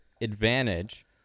advantage